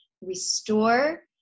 restore